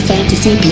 Fantasy